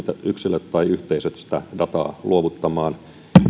yksilöt tai yhteisöt sitä dataa luovuttamaan